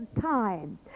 time